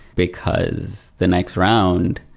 because the next round,